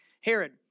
Herod